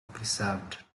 preserved